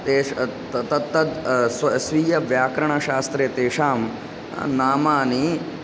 तेष् त तत्तत् स्व स्वीय व्याकरणशास्त्रे तेषां नामानि